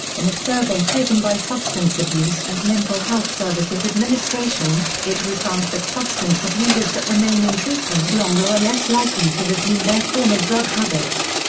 in a survey taken by substance abuse and mental health services administration, it was found that substance abusers that remain in treatment longer are less likely to resume their former drug habits.